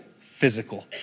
physical